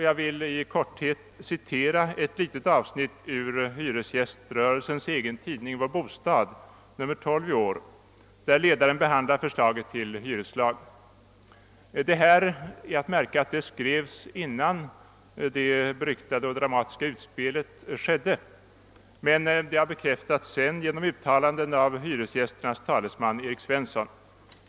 Jag vill citera ett kort avsnitt ur hyresgäströrelsernas tidning »Vår bostad» nr 12, där ledaren behandlar förslaget till hyreslag. Det är att märka att detta skrevs före förra veckans dramatiska utspel, men att det sedan bekräftas av hyresgästernas talesman herr Erik Svensson.